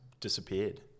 disappeared